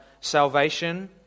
salvation